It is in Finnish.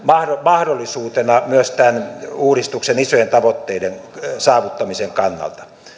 mahdollisuutena myös tämän uudistuksen isojen tavoitteiden saavuttamisen kannalta